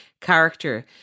character